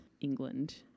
england